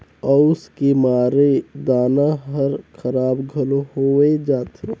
अउस के मारे दाना हर खराब घलो होवे जाथे